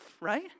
right